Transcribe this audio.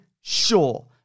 sure